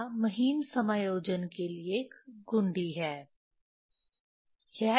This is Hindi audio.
यहां महीन समायोजन के लिए एक घुंडी है